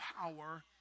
power